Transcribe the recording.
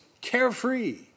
carefree